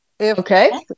Okay